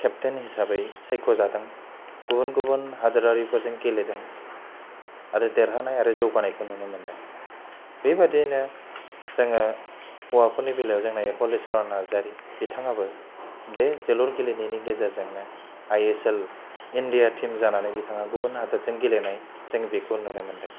खेबथेन हिसाबै सायख'जादों गुबुन गुबुन हादरारिफोरजों गेलेदों आरो देरहानाय आरो जौगानायखौ नुनो मोनदों बेबादियैनो जोङो हौवाफोरनि बेलायाव जोंना हलिचरन नार्जारि बिथाङाबो बे जोलुर गेलेनायनि गेजेरजोंनो I S L India team जानानै बिथाङा गुबुन हादोरजों गेलेनाय जों बेखौ नुनो मोनदों